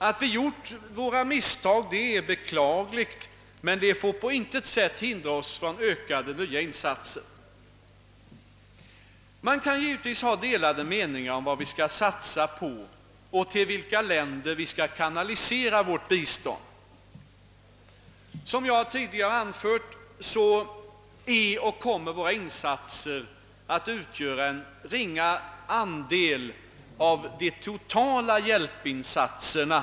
Att vi gjort våra:misstag är naturligtvis beklagligt, men det får på intet sätt hindra oss från ökade nya insatser. Man kan givetvis ha olika meningar om vad vi bör satsa på och till vilka länder vi främst bör kanalisera vårt bistånd. Som jag tidigare anfört är och kommer våra insatser att utgöra en ringa andel av de totala hjälpinsatserna.